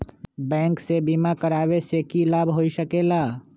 Bank से बिमा करावे से की लाभ होई सकेला?